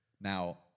Now